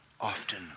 often